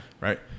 Right